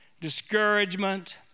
discouragement